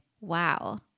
wow